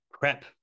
Prep